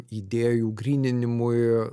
idėjų gryninimui